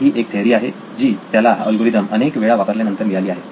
ही एक थेअरी आहे जी त्याला हा अल्गोरिदम अनेक वेळा वापरल्यानंतर मिळाली आहे